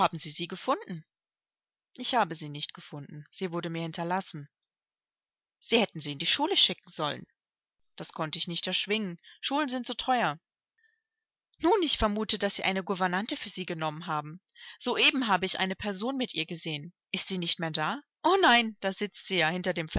sie gefunden ich habe sie nicht gefunden sie wurde mir hinter lassen sie hätten sie in die schule schicken sollen das konnte ich nicht erschwingen schulen sind so teuer nun ich vermute daß sie eine gouvernante für sie genommen haben soeben habe ich eine person mit ihr gesehen ist sie nicht mehr da o nein da sitzt sie ja hinter dem